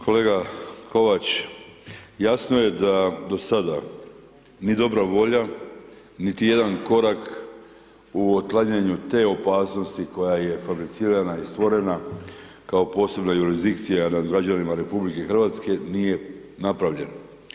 Kolega Kovač, jasno je da do sada ni dobra volja niti jedan korak u otklanjanju te opasnosti koja je fabricirana i stvorena kao posebna jurisdikcija na građanima RH nije napravljena.